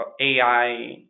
AI